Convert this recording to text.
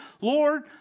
Lord